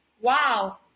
Wow